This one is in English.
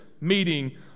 meeting